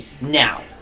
now